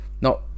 No